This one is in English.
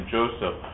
Joseph